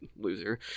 loser